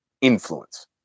influence